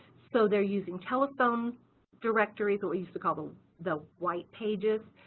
so they're using telephone directories, what we used to call them the white pages.